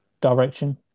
direction